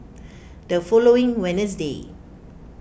the following Wednesday